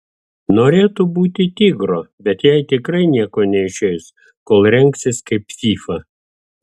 norėtų būti tigro bet jai tikrai nieko neišeis kol rengsis kaip fyfa